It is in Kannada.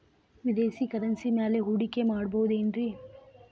ವಿದೇಶಿ ಕರೆನ್ಸಿ ಮ್ಯಾಲೆ ಹೂಡಿಕೆ ಮಾಡಬಹುದೇನ್ರಿ?